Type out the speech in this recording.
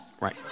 Right